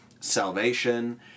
salvation